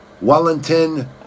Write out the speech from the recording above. Wellington